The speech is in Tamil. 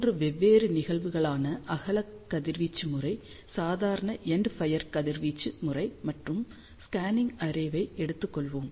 3 வெவ்வேறு நிகழ்வுகளான அகல கதிர்வீச்சு முறை சாதாரண எண்ட்ஃபயர் கதிர்வீச்சு முறை மற்றும் ஸ்கேனிங் அரேவை எடுத்துக் கொள்வோம்